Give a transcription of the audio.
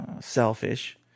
selfish